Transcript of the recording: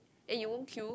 eh you won't queue